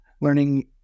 learning